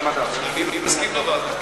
אני מסכים לוועדה.